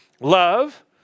love